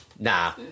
Nah